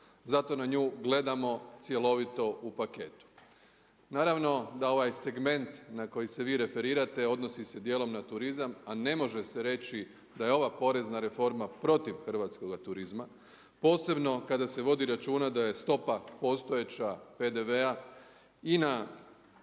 zato na nju gledamo cjelovito u paketu. Naravno da ovaj segment na koji se vi referirate odnosi se dijelom na turizam, a ne može se reći da je ova porezna reforma protiv hrvatskoga turizma, posebno kada se vodi računa da je stopa postojeća PDV-a i na